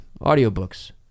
Audiobooks